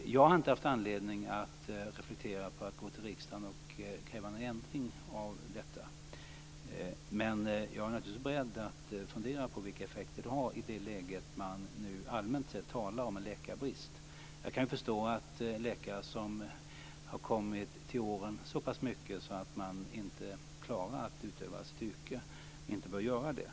Jag har inte haft anledning att reflektera över att gå till riksdagen och kräva en ändring av detta. Men jag är naturligtvis beredd att fundera över effekterna då man nu allmänt sett talar om en läkarbrist. Jag kan förstå att läkare som har kommit till åren så pass att de inte klarar att utöva sitt yrke inte bör göra det.